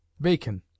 Bacon